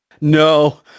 No